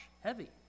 heavy